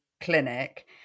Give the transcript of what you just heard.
clinic